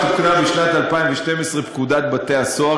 תוקנה בשנת 2012 פקודת בתי-הסוהר,